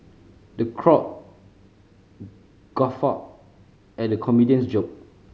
the crowd guffawed at the comedian's joke